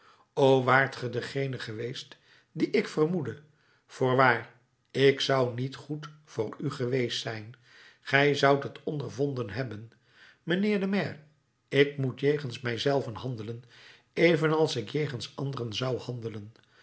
o waart ge degene geweest dien ik vermoedde voorwaar ik zou niet goed voor u geweest zijn gij zoudt het ondervonden hebben mijnheer de maire ik moet jegens mijzelven handelen evenals ik jegens anderen zou handelen